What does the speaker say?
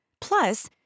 Plus